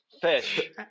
fish